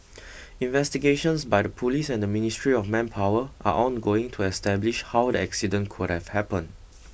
investigations by the police and the Ministry of Manpower are ongoing to establish how the accident could have happened